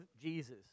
Jesus